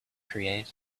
create